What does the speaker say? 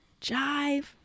Jive